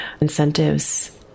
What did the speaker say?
incentives